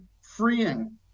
freeing